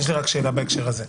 יש לי רק שאלה בהקשר הזה.